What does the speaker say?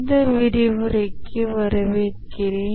இந்த விரிவுரைக்கு வரவேற்கிறேன்